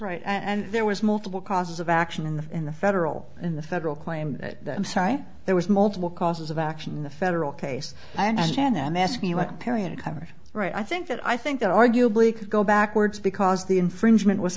right and there was multiple causes of action in the in the federal in the federal claim that there was multiple causes of action in the federal case and then ask me what period it covers right i think that i think that arguably could go backwards because the infringement was